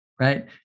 right